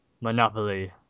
Monopoly